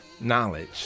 knowledge